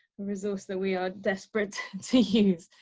resource that we are desperate to use.